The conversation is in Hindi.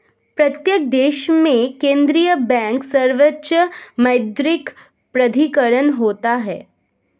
प्रत्येक देश में केंद्रीय बैंक सर्वोच्च मौद्रिक प्राधिकरण होता है